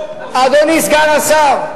אדוני סגן השר,